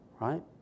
right